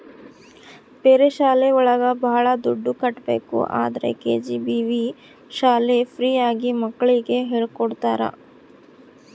ಬೇರೆ ಶಾಲೆ ಒಳಗ ಭಾಳ ದುಡ್ಡು ಕಟ್ಬೇಕು ಆದ್ರೆ ಕೆ.ಜಿ.ಬಿ.ವಿ ಶಾಲೆ ಫ್ರೀ ಆಗಿ ಮಕ್ಳಿಗೆ ಹೇಳ್ಕೊಡ್ತರ